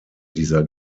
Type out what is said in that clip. dieser